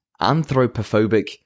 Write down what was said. anthropophobic